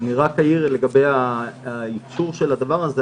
אעיר לגבי הייצור של זה,